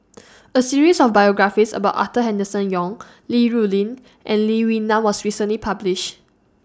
A series of biographies about Arthur Henderson Young Li Rulin and Lee Wee Nam was recently published